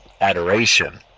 adoration